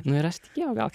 nu ir aš tikėjau gal